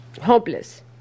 hopeless